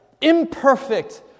imperfect